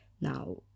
Now